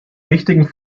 wichtigen